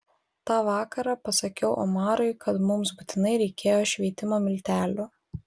tą vakarą pasakiau omarui kad mums būtinai reikėjo šveitimo miltelių